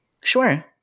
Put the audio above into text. Sure